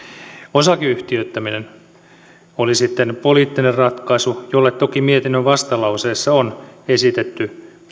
osakeyhtiöittäminen oli sitten poliittinen ratkaisu jolle toki mietinnön vastalauseessa on esitetty